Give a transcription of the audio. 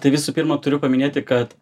tai visų pirma turiu paminėti kad